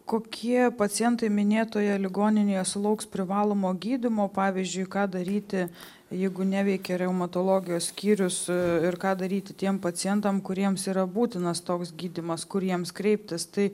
kokie pacientai minėtoje ligoninėje sulauks privalomo gydymo pavyzdžiui ką daryti jeigu neveikia reumatologijos skyrius ir ką daryti tiem pacientam kuriems yra būtinas toks gydymas kur jiems kreiptis tai